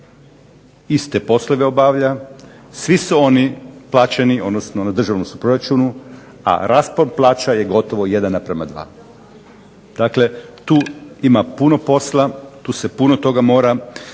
Iste poslove obavlja, svi su oni plaćeni, odnosno na državnom su proračunu, a raspon plaća je gotovo jedan naprama dva. Dakle, tu ima puno posla, tu se puno toga mora